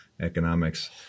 economics